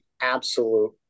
absolute